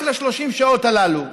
רק ל-30 שעות הללו,